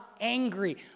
angry